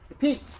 pete.